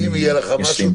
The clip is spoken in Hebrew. אוסיף.